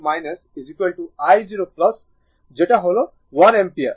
সুতরাং এটি i0 i0 i0 যেটা হল 1 অ্যাম্পিয়ার